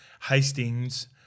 Hastings –